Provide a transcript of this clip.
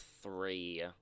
three